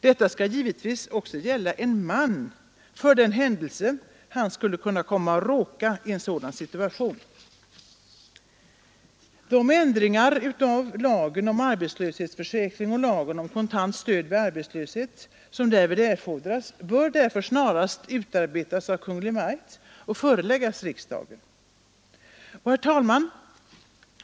Detta skall givetvis också gälla en man, för den händelse han skulle råka i en sådan situation. Förslag till sådana ändringar i lagen om arbetslöshetsförsäkring och lagen om kontant stöd vid arbetslöshet som därvid erfordras bör därför snarast utarbetas av Kungl. Maj:t och föreläggas riksdagen. Herr talman!